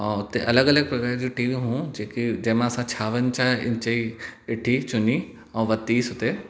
ऐं उते अलॻि अलॻि प्रकार जूं टीवियूं हुयूं जेके जंहिं मां असां छावंजाह इन्च जी ॾिठी चुनी ऐं वरतीसीं उते